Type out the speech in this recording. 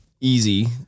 easy